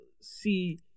see